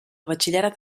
batxillerat